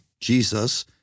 Jesus